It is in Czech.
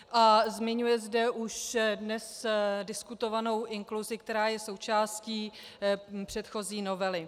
A zmiňuje zde už dnes diskutovanou inkluzi, která je součástí předchozí novely.